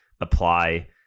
apply